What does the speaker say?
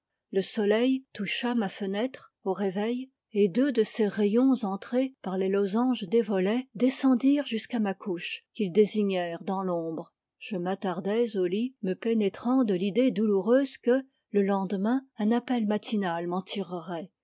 le soleil toucha ma fenêtre au réveil et deux de ses rayons entrés par les losanges des volets descendirent jusqu'à ma couche qu'ils désignèrent dans l'ombre je m'attardais au lit me pénétrant de l'idée douloureuse que le lendemain un appel matinal m'en tirerait